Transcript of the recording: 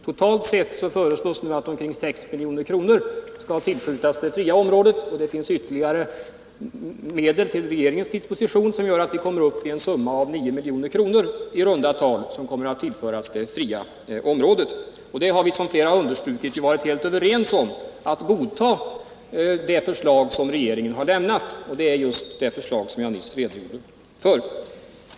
Totalt sett föreslås nu att omkring 6 milj.kr. skall tillskjutas det fria området, och det finns medel till regeringens disposition som gör att vi kommer upp i en summa av i runda tal 9 milj.kr., som kommer att tillföras det fria området. Vi har, som flera här understrukit, varit helt överens om att godta det förslag som regeringen har lämnat, och det är just det förslag som jag nyss redogjorde för.